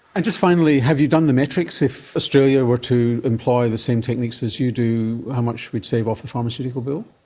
and just finally, have you done the metrics, if australia were to employ the same techniques as you do, how much we'd save off a pharmaceutical bill?